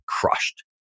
crushed